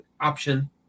option